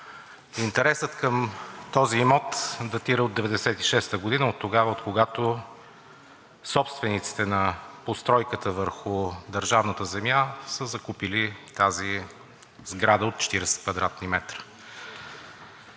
Интересът към този имот датира от 1996 г., откогато собствениците на постройката върху държавната земя са закупили тази сграда от 40 кв. м.